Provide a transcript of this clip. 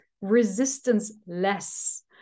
resistance-less